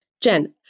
Jen